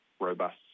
robust